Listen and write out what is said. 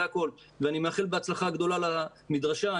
אני מאחל בהצלחה גדולה למדרשה,